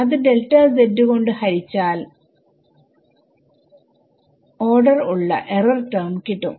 അത് കൊണ്ട് ഹരിച്ചാൽ ഓർഡർ ഉള്ള എറർ ടെർമ് കിട്ടും